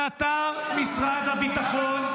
זה מאתר משרד הביטחון,